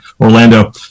Orlando